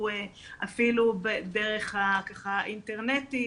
אפילו אינטרנטי,